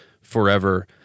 forever